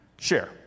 share